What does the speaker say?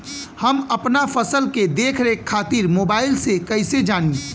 हम अपना फसल के देख रेख खातिर मोबाइल से कइसे जानी?